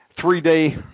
three-day